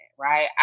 right